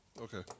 okay